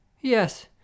yes